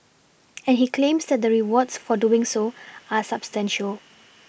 and he claims that the rewards for doing so are substantial